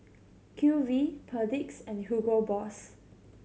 Q V Perdix and Hugo Boss